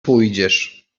pójdziesz